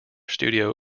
studio